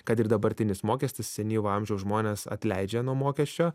kad ir dabartinis mokestis senyvo amžiaus žmones atleidžia nuo mokesčio